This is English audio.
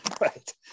right